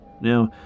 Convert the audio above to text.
Now